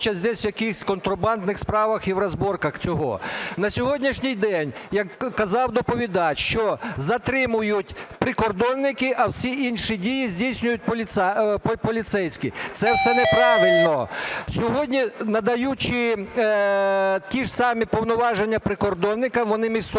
На сьогоднішній день, як казав доповідач, що затримують прикордонники, а всі інші дії здійснюють поліцейські. Це все неправильно. Сьогодні, надаючи ті ж самі повноваження прикордонникам, вони між собою